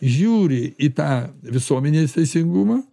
žiūri į tą visuomenės teisingumą